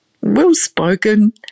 well-spoken